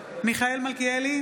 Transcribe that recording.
בעד מיכאל מלכיאלי,